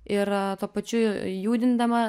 ir tuo pačiu judindama